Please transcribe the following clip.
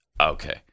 Okay